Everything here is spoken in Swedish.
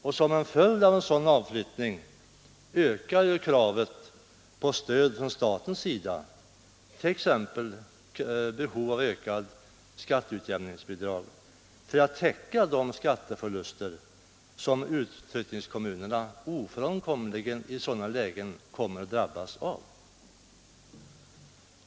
Och som en följd av en sådan avflyttning ökar kravet på stöd från statens sida, t.ex. i form av större skatteutjämningsbidrag, för att täcka de skatteförluster som utflyttningskommunerna ofrånkomligen i sådana lägen drabbas av.